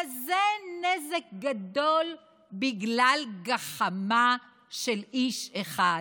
כזה נזק גדול בגלל גחמה של איש אחד,